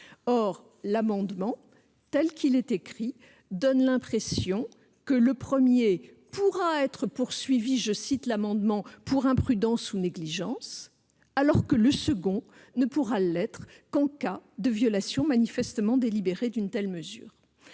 la commission, tel qu'il est formulé, donne l'impression que le premier pourra être poursuivi pour imprudence ou négligence, alors que le second ne pourra l'être qu'en cas de violation manifestement délibérée d'une mesure